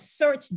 search